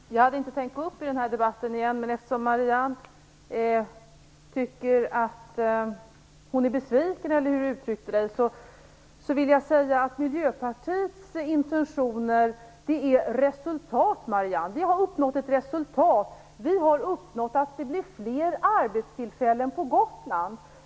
Herr talman! Jag hade inte tänkt gå upp i debatten igen. Men eftersom Marianne Andersson är besviken, eller hur det var hon uttryckte sig, vill jag säga att Miljöpartiets intentioner är att uppnå resultat. Vi har uppnått ett resultat - fler arbetstillfällen på Gotland.